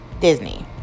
Disney